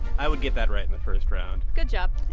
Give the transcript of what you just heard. i would get that right in the first round. good job.